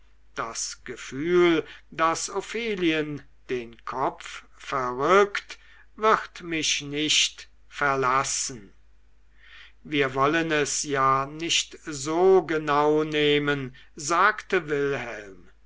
das gefühl das ophelien den kopf verrückt wird mich nicht verlassen wir wollen es ja nicht so genau nehmen sagte wilhelm